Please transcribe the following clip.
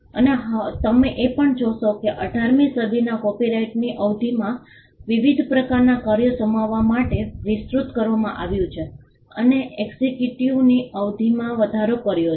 હવે તમે એ પણ જોશો કે 18 મી સદીથી કોપિરાઇટની અવધિમાં વિવિધ પ્રકારનાં કાર્યો સમાવવા માટે વિસ્તૃત કરવામાં આવ્યું છે અને એક્સક્લુઝિવિટીની અવધિમાં વધારો પણ કર્યો છે